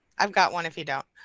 i've got one if you don't.